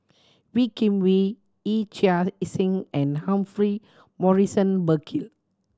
Wee Kim Wee Yee Chia Hsing and Humphrey Morrison Burkill